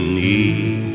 need